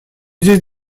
здесь